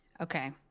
okay